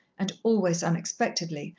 and always unexpectedly,